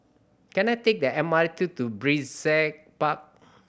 can I take the M R T to Brizay Park